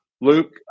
Luke